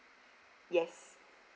yes